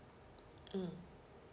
mm